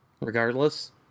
regardless